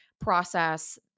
process